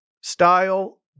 style